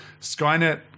Skynet